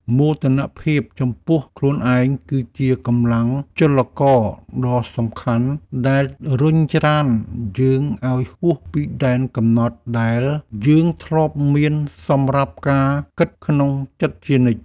មោទនភាពចំពោះខ្លួនឯងគឺជាកម្លាំងចលករដ៏សំខាន់ដែលរុញច្រានយើងឱ្យហួសពីដែនកំណត់ដែលយើងធ្លាប់មានសម្រាប់ការគិតក្នុងចិត្តជានិច្ច។